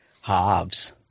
Halves